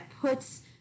puts